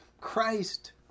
Christ